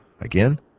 Again